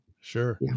Sure